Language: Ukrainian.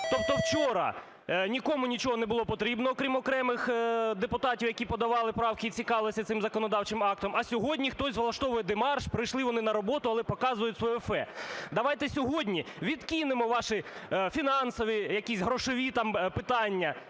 Тобто вчора нікому нічого не було потрібно, крім окремих депутатів, які подавали правки і цікавились цим законодавчим актом, а сьогодні хтось влаштовує демарш, прийшли вони на роботу, але показують своє "фе". Давайте сьогодні відкинемо ваші фінансові, якісь грошові там питання,